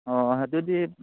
ꯑꯣ ꯑꯗꯨꯗꯤ